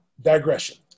digression